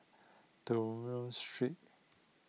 Dunlop Street